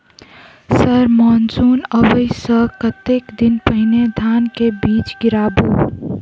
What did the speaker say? Sir monsoon आबै सऽ कतेक दिन पहिने धान केँ बीज गिराबू?